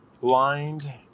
blind